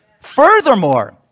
Furthermore